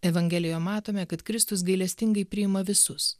evangelijoje matome kad kristus gailestingai priima visus